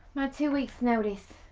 two weeks notice,